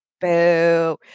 boo